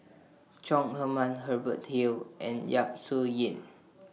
Chong Heman Hubert Hill and Yap Su Yin